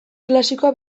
klasikoa